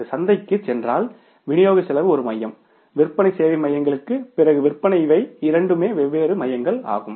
இது சந்தைக்குச் சென்றால் விநியோகச் செலவு ஒரு மையம் விற்பனை சேவை மையங்களுக்குப் பிறகு விற்பனை இவை இரண்டு வெவ்வேறு மையங்கள் ஆகும்